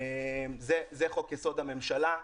זה חוק יסוד הממשלה.